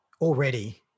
already